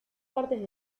partes